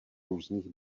různých